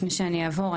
לפני שאני אעבור,